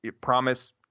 promise